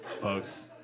folks